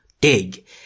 dig